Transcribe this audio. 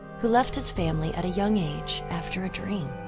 who left his family at a young age after a dream,